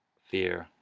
fear,